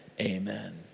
amen